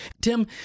Tim